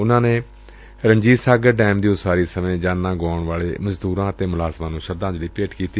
ਉਨੂਾ ਨੇ ਰਣਜੀਤ ਸਾਗਰ ਡੈਮ ਦੀ ਉਸਾਰੀ ਸਮੇਂ ਜਾਨਾਂ ਗੁਆਉਣ ਵਾਲੇ ਮਜ਼ਦੁਰਾਂ ਅਤੇ ਮੁਲਾਜ਼ਮਾਂ ਨੂੰ ਸ਼ਰਧਾਂਜਲੀ ਵੀ ਭੇਟ ਕੀਤੀ